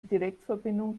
direktverbindung